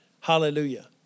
Hallelujah